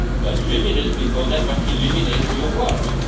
but luminous because that's what illuminates your world.